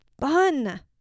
fun